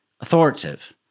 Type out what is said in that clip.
authoritative